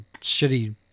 shitty